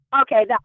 Okay